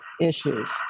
issues